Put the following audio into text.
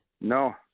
No